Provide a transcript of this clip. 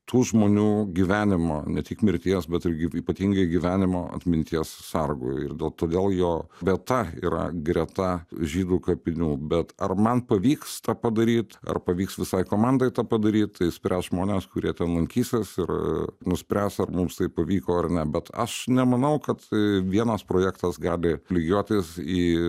tų žmonių gyvenimo ne tik mirties bet ir kaip ypatingai gyvenimo atminties sargu ir dėl todėl jo vieta yra greta žydų kapinių bet ar man pavyks tą padaryt ar pavyks visai komandai tą padaryt tai spręs žmones kurie ten lankysis ir nuspręs ar mums tai pavyko ar ne bet aš nemanau kad vienas projektas gali lygiuotis į